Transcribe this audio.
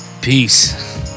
Peace